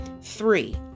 three